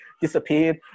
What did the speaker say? disappeared